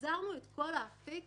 החזרנו את כל האפיק